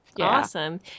Awesome